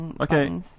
Okay